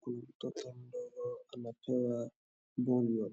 Kuna mtoto mdogo anapewa polio.